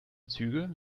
züge